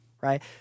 right